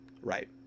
right